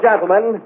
Gentlemen